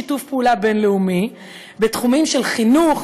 שיתוף פעולה בין-לאומי בתחומים של חינוך,